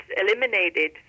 eliminated